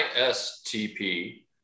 ISTP